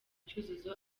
cyuzuzo